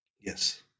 Yes